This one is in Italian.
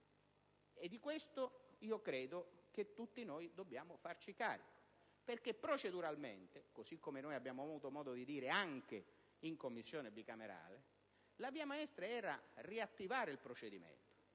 E di questo io credo che tutti noi dobbiamo farci carico perché proceduralmente, così come noi abbiamo avuto modo di dire anche in Commissione bicamerale, la via maestra sarebbe stata quella di riattivare il procedimento.